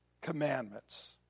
commandments